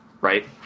right